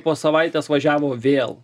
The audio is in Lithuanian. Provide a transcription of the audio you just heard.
po savaitės važiavo vėl